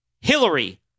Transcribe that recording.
Hillary